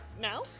now